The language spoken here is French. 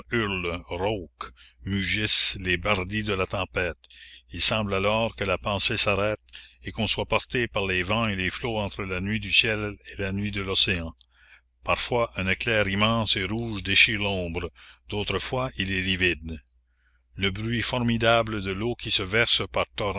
les bardits de la tempête il semble alors que la pensée s'arrête et qu'on soit porté par les vents et les flots entre la nuit du ciel et la nuit de l'océan parfois un éclair immense et rouge déchire l'ombre d'autres fois il est livide la commune le bruit formidable de l'eau qui se verse par